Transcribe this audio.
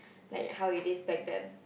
like how it is back then